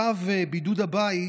צו בידוד הבית